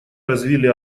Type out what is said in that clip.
развили